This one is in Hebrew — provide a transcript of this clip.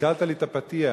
קלקלת לי את הפתיח,